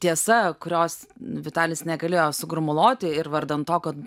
tiesa kurios vitalis negalėjo sugromuluoti ir vardan to kad